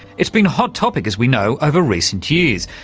it's been a hot topic, as we know, over recent years,